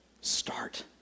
start